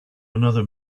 another